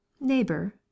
Neighbor